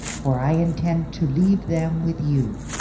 for i intend to leave them with you.